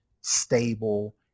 stable